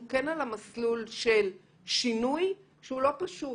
אנחנו כן על המסלול של שינוי שהוא לא פשוט.